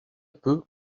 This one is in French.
peu